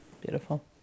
Beautiful